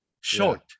Short